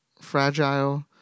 fragile